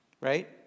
Right